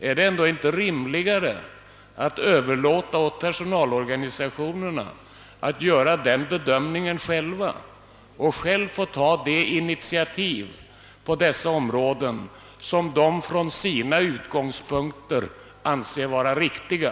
Är det inte ändå rimligare att överlåta till personaiorganisationerna att göra den bedömningen själva så att de kan ta det initiativ på dessa områden som de från sina utgångspunkter anser vara de riktiga?